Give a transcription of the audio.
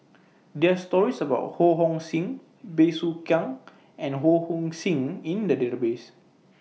There Are stories about Ho Hong Sing Bey Soo Khiang and Ho Hong Sing in The Database